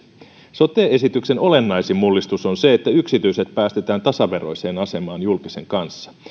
sote esityksen olennaisin mullistus on se että yksityiset päästetään tasaveroiseen asemaan julkisen kanssa